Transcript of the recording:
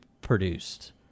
produced